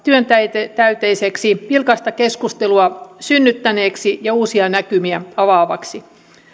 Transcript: työntäyteiseksi vilkasta keskustelua synnyttäneeksi ja uusia näkymiä avaavaksi